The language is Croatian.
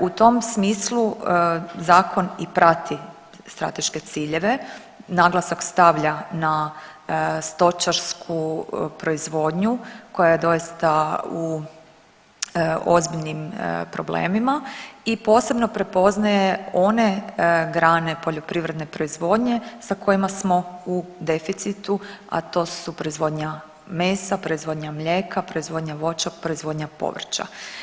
U tom smislu zakon i prati strateške ciljeve, naglasak stavlja na stočarsku proizvodnju koja je doista u ozbiljnim problemima i posebno prepoznaje one grane poljoprivredne proizvodnje sa kojima smo u deficitu, a to su proizvodnja mesa, proizvodnja mlijeka, proizvodnja voća, proizvodnja povrća.